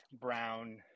Brown